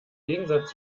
gegensatz